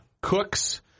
Cooks